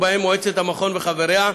ובהם מועצת המכון וחבריה,